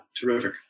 terrific